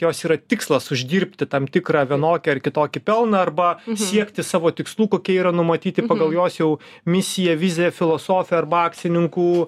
jos yra tikslas uždirbti tam tikrą vienokį ar kitokį pelną arba siekti savo tikslų kokie yra numatyti pagal jos jau misiją viziją filosofiją arba akcininkų